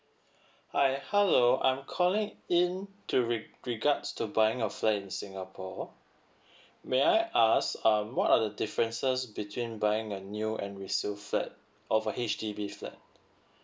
hi hello I'm calling in to re~ regards to buying a flat in singapore may I ask um what are the differences between buying a new and resale flat of a H_D_B flat